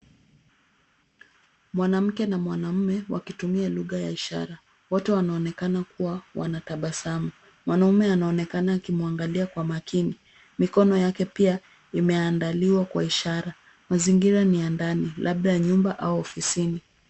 Mwanamke na mwanamume wakitumia lugha ya ishara. Wote wanaonekana kuwa wanatabasamu, mwanaume anaonekana akimwangalia kwa makini, mikono yake pia imeandaliwa kwa ishara, mazingira ni ya ndani, labda nyumba au ofisini.